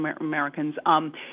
Americans